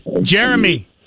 jeremy